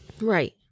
Right